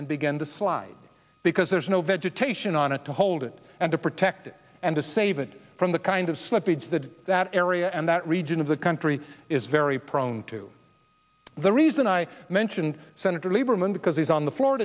and begin to slide because there's no vegetation on it to hold it and to protect it and to save it from the kind of slippage that that area and that region of the country is very prone to the reason i mentioned senator lieberman because he's on the floor